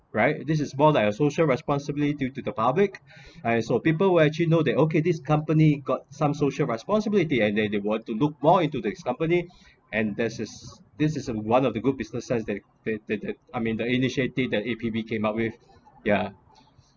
right this is more like a social responsibility due to the public and so people will actually know that okay this company got some social responsibility and they they want to look more into this company and there is this is a one of the good business sense they they that that I mean the initiative that A_P_B came up with ya